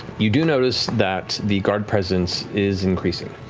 you do notice that the guard presence is increasing.